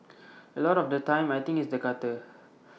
A lot of the time I think it's the gutter